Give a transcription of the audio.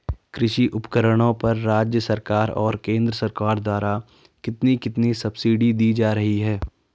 कृषि उपकरणों पर राज्य सरकार और केंद्र सरकार द्वारा कितनी कितनी सब्सिडी दी जा रही है?